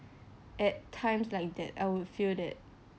at times like that I would feel that